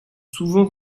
souvent